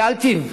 שאלתיו: